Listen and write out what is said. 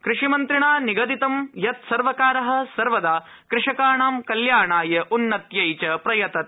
कृषि मन्त्रिणा निगदितं यत् सर्वकारः सर्वदा कृषकाणां कल्याणाय उन्नत्यै च प्रयतते